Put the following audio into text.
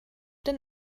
denn